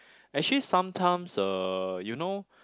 actually sometimes uh you know